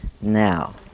Now